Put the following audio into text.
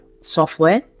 software